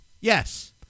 Yes